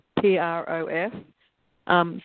P-R-O-F